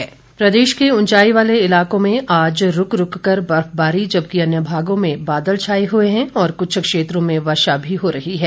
मौसम प्रदेश के उंचाई वाले इलाकों में आज रुक रुककर बर्फबारी जबकि अन्य भागों में बादल छाए हुए हैं और कुछ क्षेत्रों में वर्षा भी हो रही है